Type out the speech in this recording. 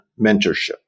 mentorship